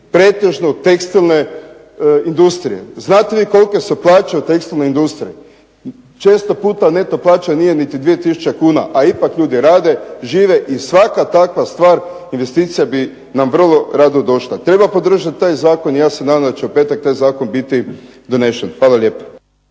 pretežno od tekstilne industrije. Znate vi kolike su plaće u tekstilnoj industriji? Često puta neto plaća nije niti 2 tisuće kuna, a ipak ljudi rade, žive i svaka takva stvar investicija bi nam vrlo rado došla. Treba podržati taj zakon i ja se nadam da će u petak taj zakon biti donesen. Hvala lijepa.